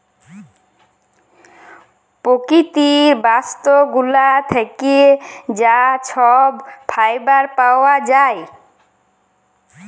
পকিতির বাস্ট গুলা থ্যাকে যা ছব ফাইবার পাউয়া যায়